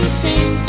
sing